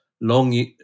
long